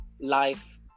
life